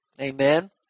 Amen